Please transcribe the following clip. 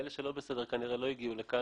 אלה שלא בסדר לא הגיעו לכאן.